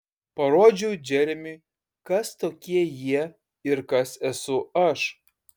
parodžiau džeremiui kas tokie jie ir kas esu aš